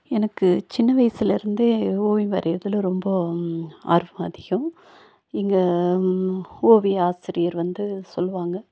எனக்கு சின்ன வயசிலருந்தே ஓவியம் வரையிறதுல ரொம்ப ஆர்வம் அதிகம் இங்கே ஓவிய ஆசிரியர் வந்து சொல்லுவாங்க